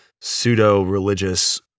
pseudo-religious